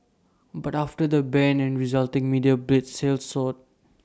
but after the ban and resulting media blitz sales soared